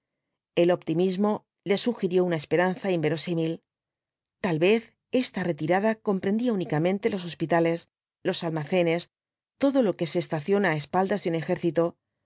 el optimismo le sugirió una esperanza inverosímil tal vez esta retirada comprendía únicamente los hospitales los almacenes todo lo que se estaciona á espaldas de un ejército